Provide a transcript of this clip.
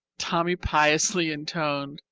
tommy piously intoned,